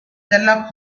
sherlock